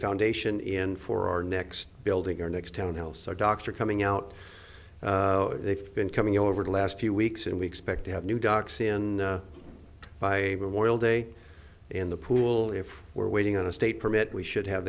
foundation in for our next building our next town hall so doctor coming out they've been coming over the last few weeks and we expect to have new docs in by memorial day in the pool if we're waiting on a state permit we should have